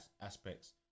aspects